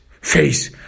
face